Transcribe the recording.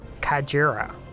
Kajira